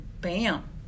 Bam